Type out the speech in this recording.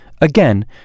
Again